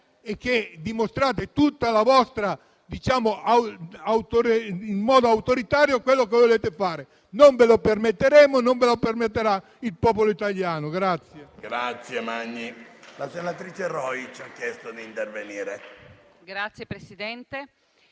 cui dimostrate in modo autoritario quello che volete fare. Non ve lo permetteremo, non ve lo permetterà il popolo italiano.